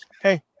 hey